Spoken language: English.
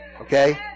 Okay